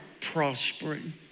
prospering